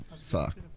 fuck